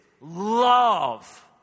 love